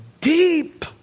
Deep